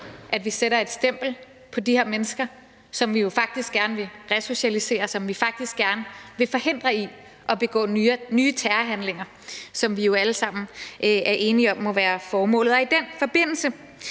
at vi sætter et stempel på de her mennesker, som vi jo faktisk gerne vil resocialisere, og som vi faktisk gerne vil forhindre begår nye terrorhandlinger, hvilket vi jo alle sammen er enige om må være formålet. I den forbindelse